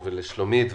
לשלומית,